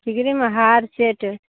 Tigray में हार set